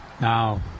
Now